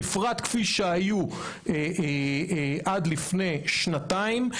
בפרט כפי שהיו עד לפני שנתיים.